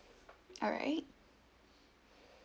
alright